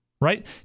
right